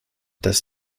das